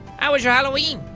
how was your halloween?